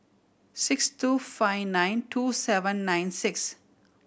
six two five nine two seven nine six